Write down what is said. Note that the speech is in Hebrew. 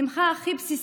השמחה הכי בסיסית.